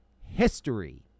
history